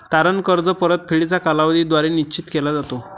तारण कर्ज परतफेडीचा कालावधी द्वारे निश्चित केला जातो